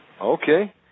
Okay